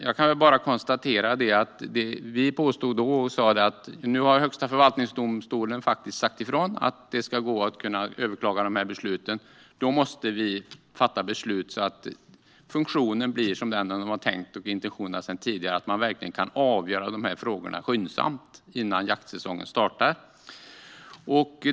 Jag konstaterar att vi då sa att Högsta förvaltningsdomstolen hade sagt ifrån vad gäller överklaganden av dessa beslut. Vi måste fatta beslut så att funktionen blir som den var tänkt och så att man kan avgöra dessa frågor skyndsamt innan jaktsäsongen startar.